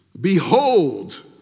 behold